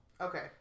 Okay